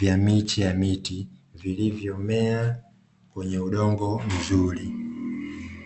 vya miche ya miti, vilivyomea kwenye udongo mzuri.